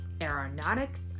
aeronautics